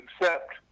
accept